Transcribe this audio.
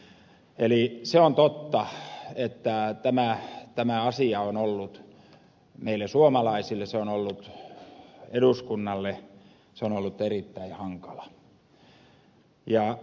eli se on totta että tämä asia on ollut meille suomalaisille se on ollut eduskunnalle erittäin hankala ja vastenmielinen